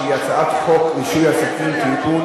שהיא הצעת חוק רישוי עסקים (תיקון,